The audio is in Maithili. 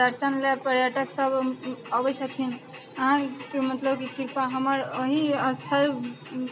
दर्शनलए पर्यटकसब अबै छथिन अहाँके मतलब कि कृपा हमर एही स्थल